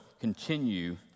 continue